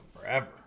forever